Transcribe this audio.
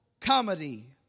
comedy